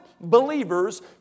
believers